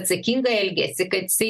atsakingai elgiasi kad jisai